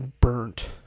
burnt